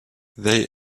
they